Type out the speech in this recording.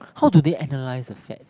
how do they analyze the fats